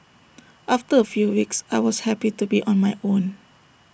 after A few weeks I was happy to be on my own